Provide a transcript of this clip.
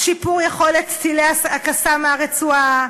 שיפור יכולת טילי ה"קסאם" מהרצועה,